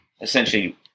essentially